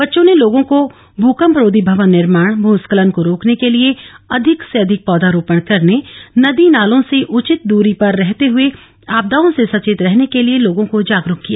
बच्चों ने लोगों को भूंकपरोधी भवन निर्माण भूस्खलन को रोकने के लिए अधिक से अधिक पौधरोपण करने नदी नालों से उचित दूरी पर रहते हुए आपदाओं से सचेत रहने के लिए लोगों को जागरूक किया